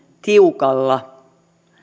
tiukalla